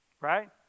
right